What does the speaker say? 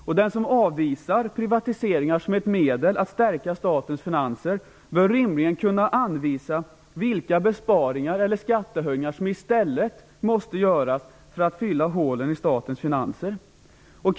Och den som avvisar privatiseringar som ett medel att stärka statens finanser bör rimligen kunna anvisa vilka besparingar eller skattehöjningar som i stället måste göras för att fylla hålen i statens finanser. Fru talman!